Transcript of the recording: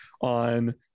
on